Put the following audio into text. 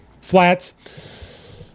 flats